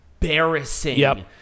embarrassing